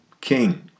king